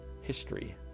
history